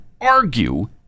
argue